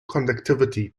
conductivity